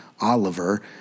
Oliver